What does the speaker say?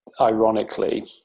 ironically